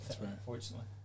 Unfortunately